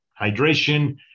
hydration